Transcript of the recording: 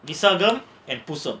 Visakam and Poosam